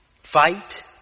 fight